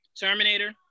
Terminator